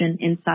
inside